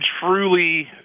truly